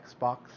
Xbox